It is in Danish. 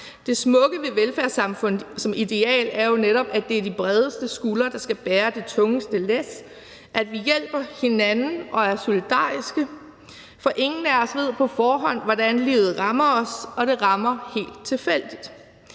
Det smukke ved velfærdssamfundet som ideal er jo netop, at det er de bredeste skuldre, der skal bære det tungeste læs, altså at vi hjælper hinanden og er solidariske. For ingen af os ved på forhånd, hvordan livet rammer os, og det rammer os helt tilfældigt.